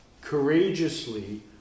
courageously